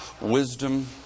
wisdom